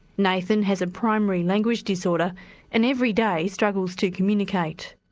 nathan has a primary language disorder and every day struggles to communicate.